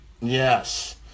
Yes